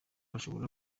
ashobora